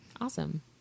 Awesome